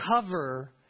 cover